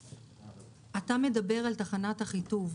אתה מדבר על תחנת אחיטוב.